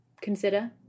consider